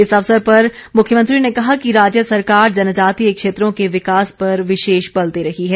इस अवसर पर मुख्यमंत्री ने कहा कि राज्य सरकार जनजातीय क्षेत्रों के विकास पर विशेष बल दे रही है